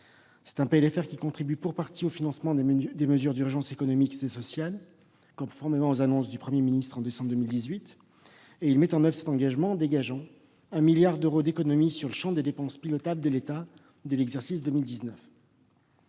Ce PLFR contribue pour partie au financement des mesures d'urgence économiques et sociales, conformément aux annonces du Premier ministre au mois de décembre 2018. Il met en oeuvre cet engagement en dégageant 1 milliard d'euros d'économies sur le champ des dépenses pilotables de l'État de l'exercice 2019.